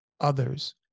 others